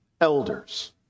elders